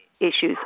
issues